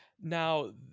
Now